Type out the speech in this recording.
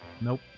Nope